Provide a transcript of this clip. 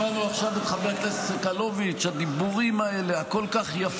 חבר הכנסת בליאק, אני קורא אותך לסדר פעם שנייה.